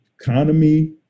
economy